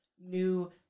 new